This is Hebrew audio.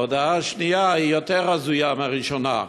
ההודעה השנייה היא יותר הזויה מהראשונה: